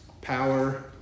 power